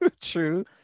True